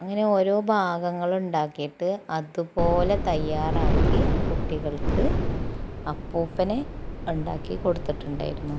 അങ്ങനെ ഓരോ ഭാഗങ്ങളുണ്ടാക്കിയിട്ട് അതുപോലെ തയ്യാറാക്കി കുട്ടികൾക്ക് അപ്പൂപ്പനെ ഉണ്ടാക്കി കൊടുത്തിട്ടുണ്ടായിരുന്നു